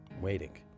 waiting